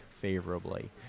favorably